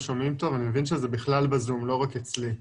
אני מבין שזה בכלל ב-זום ולא רק אצלי.